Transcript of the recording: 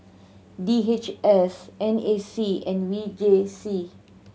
D H S N A C and V J C